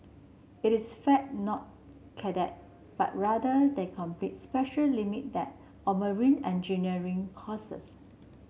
it is fact not cadet but rather they completed special limit deck or marine engineer courses